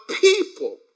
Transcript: people